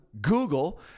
Google